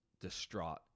distraught